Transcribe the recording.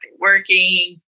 working